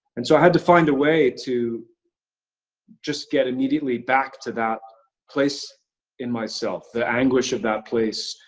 and so i had to find a way to just get immediately back to that place in myself. the anguish of that place,